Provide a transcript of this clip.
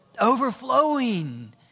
Overflowing